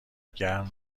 گرم